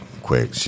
quick